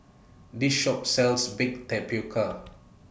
This Shop sells Baked Tapioca